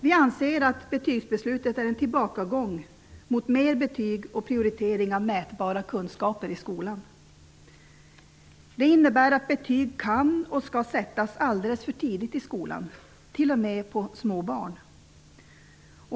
Vi anser att betygsbeslutet är en tillbakagång mot mer betyg och prioritering av mätbara kunskaper i skolan. Det innebär att betyg kan och skall sättas alldeles för tidigt i skolan, t.o.m. på små barn.